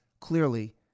clearly